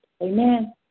amen